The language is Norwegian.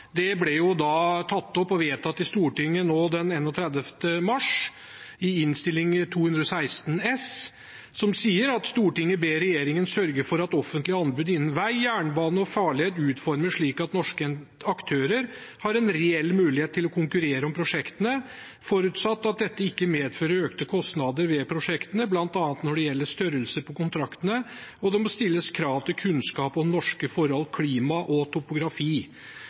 tatt opp og vedtatt i Stortinget den 31. mars, i forbindelse med Innst. 216 S for 2019–2020, der det står: «Stortinget ber regjeringen sørge for at offentlige anbud innen vei, jernbane og farled utformes slik at norske aktører har en reell mulighet til å konkurrere om prosjektene, forutsatt at dette ikke medfører økte kostnader ved prosjektene, blant annet når det gjelder størrelse på kontraktene, og det må stilles krav til kunnskap om norske forhold, klima og topografi